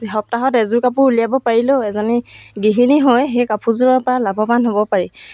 সপ্তাহত এযোৰ কাপোৰ উলিয়াব পাৰিলেও এজনী গৃহিণী হৈ সেই কাপোৰযোৰৰ পৰা লাভৱান হ'ব পাৰি